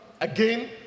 again